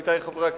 עמיתי חברי הכנסת,